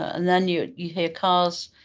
ah and then you you hear cars,